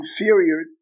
inferior